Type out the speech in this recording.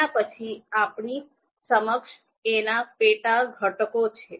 એના પછી આપણી સમક્ષ એના પેટા ઘટકો છે